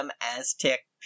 Aztec